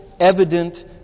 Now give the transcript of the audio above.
Evident